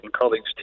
colleagues